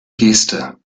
geste